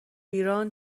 ایران